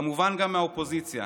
כמובן גם מהאופוזיציה,